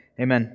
Amen